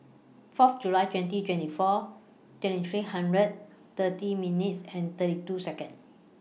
Fourth July twenty twenty four twenty three hundred thirty minutes and thirty two Seconds